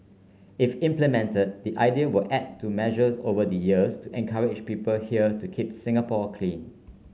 if implemented the idea will add to measures over the years to encourage people here to keep Singapore clean